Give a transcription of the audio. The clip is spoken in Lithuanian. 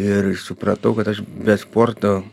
ir supratau kad aš be sporto